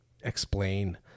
explain